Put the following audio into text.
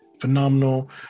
phenomenal